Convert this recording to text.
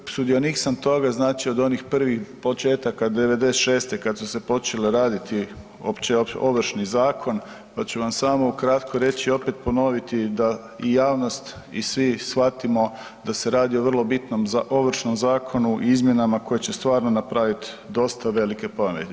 Naime, sudionik sam toga znači od onih prvih početaka '96., kad su se počele raditi uopće Ovršni zakon pa ću vam samo ukratko reći, opet ponoviti da i javnost i svi shvatimo da se radi o vrlo bitno Ovršnom zakonu i izmjenama koje će stvarno napraviti dosta velike promjene.